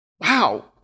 wow